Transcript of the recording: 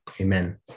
Amen